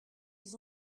ils